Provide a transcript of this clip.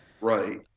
right